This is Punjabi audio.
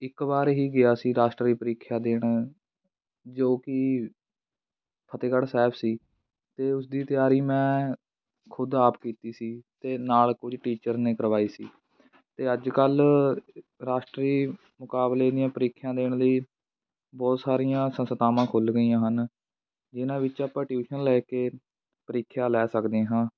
ਇੱਕ ਵਾਰ ਹੀ ਗਿਆ ਸੀ ਰਾਸ਼ਟਰੀ ਪ੍ਰੀਖਿਆ ਦੇਣ ਜੋ ਕਿ ਫਤਿਹਗੜ੍ਹ ਸਾਹਿਬ ਸੀ ਅਤੇ ਉਸ ਦੀ ਤਿਆਰੀ ਮੈਂ ਖੁਦ ਆਪ ਕੀਤੀ ਸੀ ਅਤੇ ਨਾਲ ਕੁਝ ਟੀਚਰ ਨੇ ਕਰਵਾਈ ਸੀ ਅਤੇ ਅੱਜ ਕੱਲ੍ਹ ਰਾਸ਼ਟਰੀ ਮੁਕਾਬਲੇ ਦੀਆਂ ਪ੍ਰੀਖਿਆ ਦੇਣ ਲਈ ਬਹੁਤ ਸਾਰੀਆਂ ਸੰਸਥਾਵਾਂ ਖੁੱਲ੍ਹ ਗਈਆਂ ਹਨ ਜਿਨ੍ਹਾਂ ਵਿੱਚੋਂ ਆਪਾਂ ਟਿਊਸ਼ੀਅਨ ਲੈ ਕੇ ਪ੍ਰੀਖਿਆ ਲੈ ਸਕਦੇ ਹਾਂ